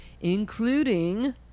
including